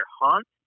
haunt